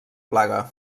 plaga